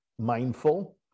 mindful